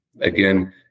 Again